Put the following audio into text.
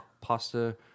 pasta